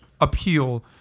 appeal